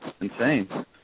insane